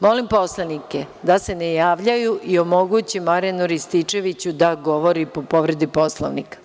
Molim poslanike da se ne javljaju i omoguće Marijanu Rističeviću da govori po povredi Poslovnika.